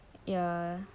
ya